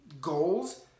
goals